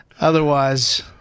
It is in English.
Otherwise